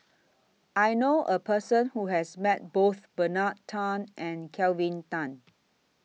I knew A Person Who has Met Both Bernard Tan and Kelvin Tan